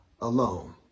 alone